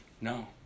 no